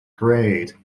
grade